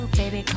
baby